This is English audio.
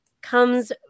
comes